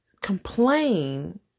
complain